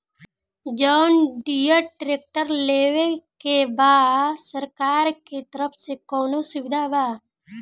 John Deere tractor लेवे के बा सरकार के तरफ से कौनो सुविधा बा?